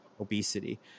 obesity